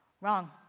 Wrong